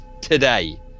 today